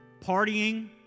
partying